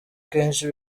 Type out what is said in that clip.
kenshi